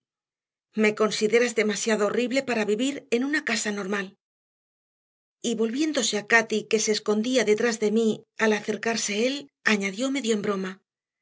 lúgubremente me consideras demasiado horrible para vivir en una casa normal y volviéndose a cati que se escondía detrás de mí al acercarse él añadió medio en broma